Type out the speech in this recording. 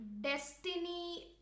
Destiny